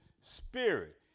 spirit